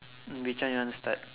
which one you want to start